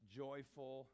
joyful